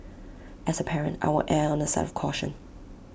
as A parent I will err on the side of caution